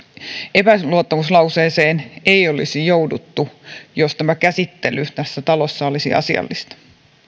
epäluottamuslauseeseen ei olisi jouduttu jos tämä käsittely tässä talossa olisi asiallista